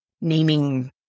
naming